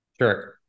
Sure